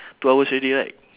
two hours already right